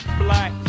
black